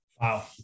Wow